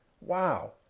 Wow